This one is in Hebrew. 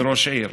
כראש עיר,